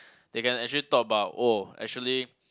they can actually talk about oh actually